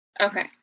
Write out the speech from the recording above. okay